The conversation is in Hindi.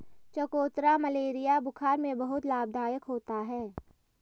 चकोतरा मलेरिया बुखार में बहुत लाभदायक होता है